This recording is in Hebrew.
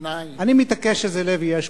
שניים, אני מתעקש שזה לוי אשכול.